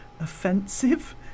offensive